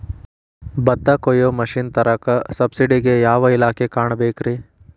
ಭತ್ತ ಕೊಯ್ಯ ಮಿಷನ್ ತರಾಕ ಸಬ್ಸಿಡಿಗೆ ಯಾವ ಇಲಾಖೆ ಕಾಣಬೇಕ್ರೇ?